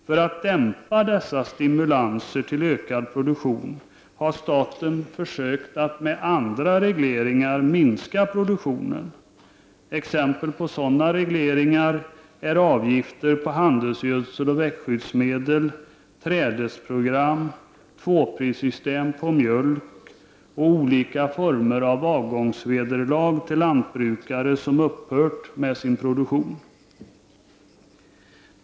För att dämpa dessa stimulanser till ökad produktion har staten försökt att minska produktionen med andra regleringar. Exempel på sådana regleringar är avgifter på handelsgödsel och växtskyddsmedel, trädesprogram, tvåprissystem för mjölk och olika former av avgångsvederlag till lantbrukare som har upphört med viss produktion.